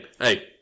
hey